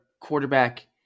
quarterback